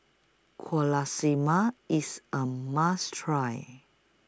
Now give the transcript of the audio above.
Quesadillas IS A must Try